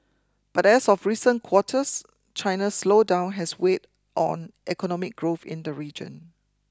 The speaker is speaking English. but as of recent quarters China's slowdown has weighed on economic growth in the region